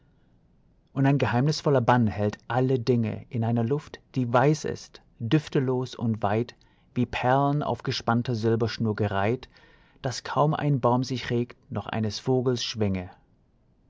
und ein geheimnisvoller bann hält alle dinge in einer luft die weiss ist düflelos und weit wie perlen auf gespannter silberschnur gereiht dass kaum ein baum sich regt noch eines vogels schwinge